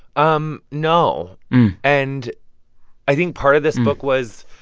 um no. and i think part of this book was